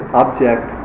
object